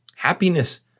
Happiness